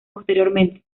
posteriormente